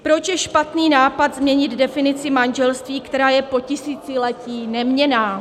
Proč je špatný nápad změnit definici manželství, která je po tisíciletí neměnná?